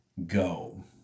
Go